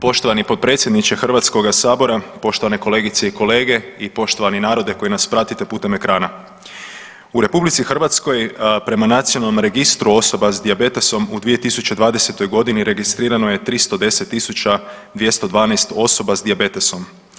Poštovani potpredsjedniče Hrvatskoga sabora, poštovane kolegice i kolege i poštovani narode koji nas pratite putem ekrana, u RH prema Nacionalnom registru osoba s dijabetesom u 2020. godini registrirano je 310.212 osoba s dijabetesom.